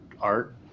art